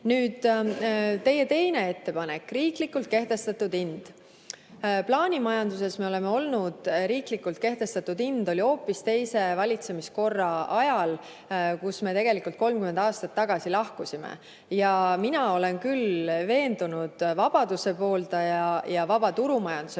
Nüüd, teie teine ettepanek, riiklikult kehtestatud hind. Plaanimajanduses me oleme olnud. Riiklikult kehtestatud hind oli hoopis teise valitsemiskorra ajal, kust me tegelikult 30 aastat tagasi lahkusime. Ja mina olen küll veendunud vabaduse pooldaja, vaba turumajanduse pooldaja.